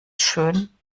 schön